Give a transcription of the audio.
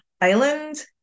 island